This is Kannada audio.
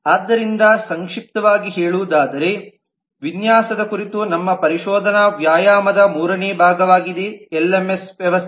ಆದ್ದರಿಂದ ಸಂಕ್ಷಿಪ್ತವಾಗಿ ಹೇಳುವುದಾದರೆ ವಿನ್ಯಾಸದ ಕುರಿತು ನಮ್ಮ ಪರಿಶೋಧನಾ ವ್ಯಾಯಾಮದ ಮೂರನೇ ಭಾಗವಾಗಿದೆ ಎಲ್ಎಂಎಸ್ ವ್ಯವಸ್ಥೆ